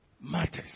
matters